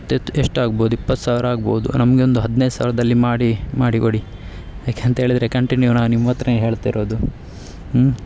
ಎತ್ ಎಷ್ಟು ಆಗ್ಬೋದು ಇಪ್ಪತ್ತು ಸಾವಿರ ಆಗ್ಬೋದು ನಮಗೆ ಒಂದು ಹದಿನೈದು ಸಾವಿರದಲ್ಲಿ ಮಾಡಿ ಮಾಡಿಕೊಡಿ ಯಾಕೆ ಅಂತೇಳಿದರೆ ಕಂಟಿನ್ಯೂ ನಾವು ನಿಮ್ಮ ಹತ್ರನೆ ಹೇಳ್ತಿರೋದು ಹ್ಞೂ